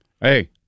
Hey